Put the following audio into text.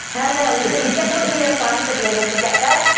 ha, no. you say you definitely need a plan to be able to get there,